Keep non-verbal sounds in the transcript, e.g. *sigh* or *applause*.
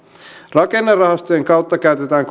rakennerahastojen kautta käytetään *unintelligible*